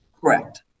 Correct